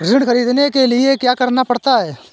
ऋण ख़रीदने के लिए क्या करना पड़ता है?